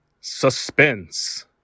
Suspense